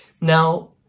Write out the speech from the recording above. Now